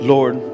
Lord